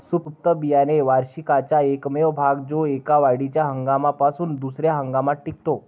सुप्त बियाणे वार्षिकाचा एकमेव भाग जो एका वाढीच्या हंगामापासून दुसर्या हंगामात टिकतो